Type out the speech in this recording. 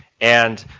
and